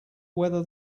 whether